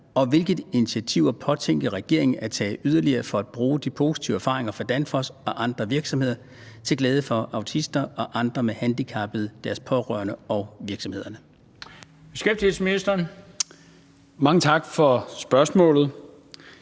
og hvilke initiativer påtænker regeringen at tage yderligere for at bruge de positive erfaringer fra Danfoss og andre virksomheder til glæde for autister og andre handicappede, deres pårørende og virksomhederne?